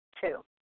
Two